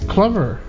Clever